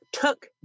took